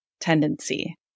tendency